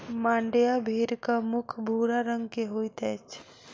मांड्या भेड़क मुख भूरा रंग के होइत अछि